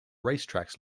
racetracks